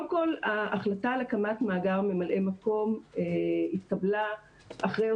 ההחלטה בעצם להקים את מאגר ממלאי המקום התקבלה בעקבות